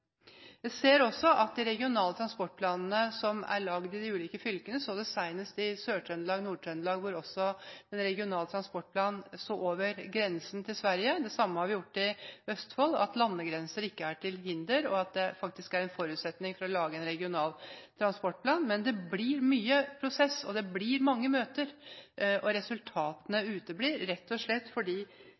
Jeg ser også at de regionale transportplanene som er laget i de ulike fylkene, ser over landegrensene. Vi så det senest i Sør-Trøndelag og Nord-Trøndelag, hvor også den regionale transportplanen så over grensen til Sverige. Det samme ser vi i Østfold, at landegrenser ikke er til hinder, og at det faktisk er en forutsetning for å lage en regional transportplan – men det blir mye prosess og det blir mange møter. Resultatene uteblir, rett og slett